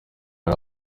ari